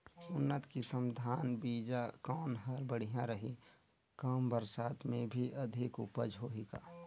उन्नत किसम धान बीजा कौन हर बढ़िया रही? कम बरसात मे भी अधिक उपज होही का?